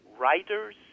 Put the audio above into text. writers